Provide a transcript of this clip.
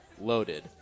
loaded